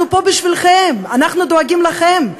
אנחנו פה בשבילכם, אנחנו דואגים לכם.